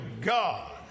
God